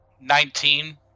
Nineteen